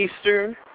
Eastern